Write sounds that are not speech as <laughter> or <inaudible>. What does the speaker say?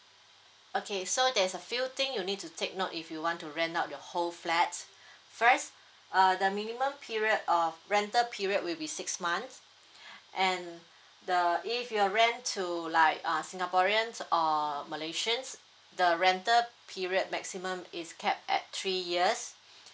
okay so there is a few thing you need to take note if you want to rent out your whole flat first uh the minimum period of rental period will be six months <breath> and the if you're rent to like uh singaporeans or malaysians the rental period maximum is capped at three years